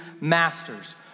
masters